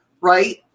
right